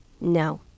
no